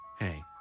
Hey